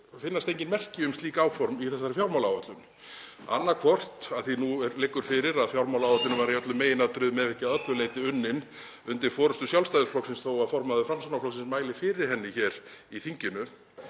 það finnast engin merki um slík áform í þessari fjármálaáætlun. Nú liggur fyrir að fjármálaáætlunin var í öllum meginatriðum, ef ekki að öllu leyti, unnin undir forystu Sjálfstæðisflokksins, þó að formaður Framsóknarflokksins mæli fyrir henni hér í þinginu,